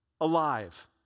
alive